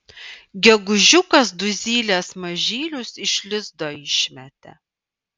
gegužiukas du zylės mažylius iš lizdo išmetė